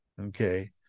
Okay